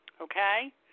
okay